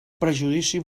prejudici